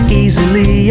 easily